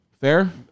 Fair